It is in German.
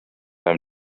ein